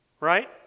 Right